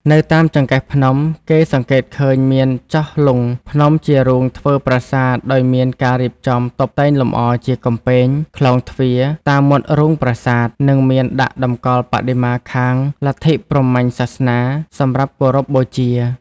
នៅ តាមចង្កេះភ្នំ គេសង្កេតឃើញមានចោះលុងភ្នំជារូងធ្វើប្រាសាទដោយមានការរៀបចំ តុបតែងលម្អជាកំពែង ក្លោងទ្វារ តាមមាត់រូងប្រាសាទ និងមានដាក់តម្កល់បដិមាខាង លទ្ធិព្រហ្មញ្ញសាសនា សម្រាប់គោរពបូជា